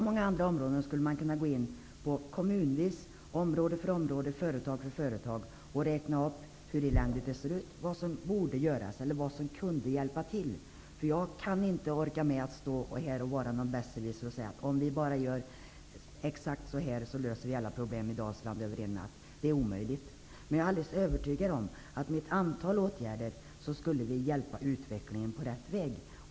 Man skulle kunna gå in kommunvis -- område för område, företag för företag -- och relatera hur eländigt det ser ut och räkna upp vad som borde göras eller vad som skulle kunna förbättra situationen. Jag kan inte stå här som någon besserwisser och säga: Om vi bara gör exakt så här så löser vi alla problem i Dalsland över en natt. Det är omöjligt. Men jag är alldeles övertygad om att vi genom ett antal åtgärder skulle kunna få utvecklingen på rätt väg.